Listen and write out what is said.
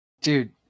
Dude